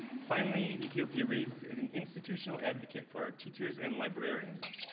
finally, ethiopia reads is an institutional advocate for our teachers and librarians,